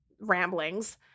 ramblings